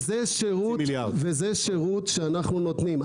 וזה שירות שאנחנו נותנים.